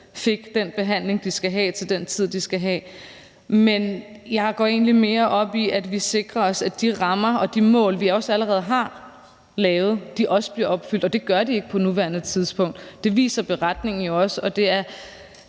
fik den behandling, de skal have, til den tid, de skal have den. Men jeg går egentlig mere op i, at vi sikrer os, at de rammer og de mål, vi allerede har lavet, også bliver opfyldt, og det gør de ikke på nuværende tidspunkt. Det viser beretningen jo også, og det er